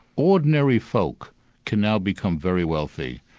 ordinary folk can now become very wealthy,